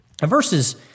Verses